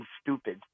stupid